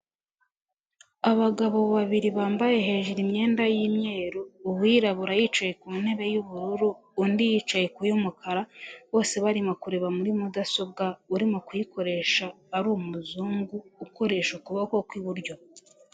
Abagabo babiri bambaye hejuru imyenda y'imyeru, uwirabura yicaye ku ntebe y'ubururu undi yicaye ku y'umukara, bose barimo kureba muri mudasobwa, urimo kuyikoresha ari umuzungu ukoresha ukuboko kw'iburyo.